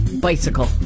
Bicycle